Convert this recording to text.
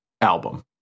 album